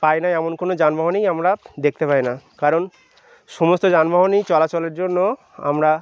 পায় না এমন কোনো যানবাহনই আমরা দেখতে পাই না কারণ সমস্ত যানবাহনই চলাচলের জন্য আমরা